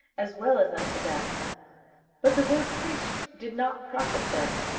as well as unto them but the word preached did not profit them,